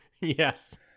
Yes